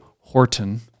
Horton